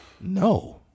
No